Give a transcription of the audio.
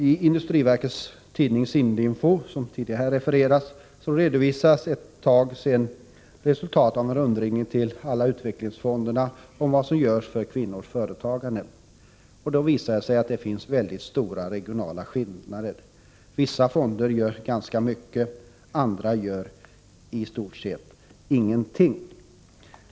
I industriverkets tidning SIND-info, som har refererats i debatten tidigare, redovisades för ett tag sedan resultatet av en rundringning till alla utvecklingsfonderna om vad som görs för kvinnornas företagande. Det visade sig att det finns mycket stora regionala skillnader. Vissa fonder gör ganska mycket, andra gör i stort sett ingenting.